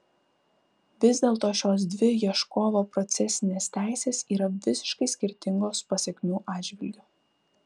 vis dėlto šios dvi ieškovo procesinės teisės yra visiškai skirtingos pasekmių atžvilgiu